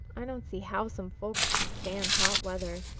i don't see how some folks can stand hot weather.